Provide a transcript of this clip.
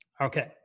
Okay